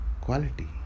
quality